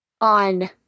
On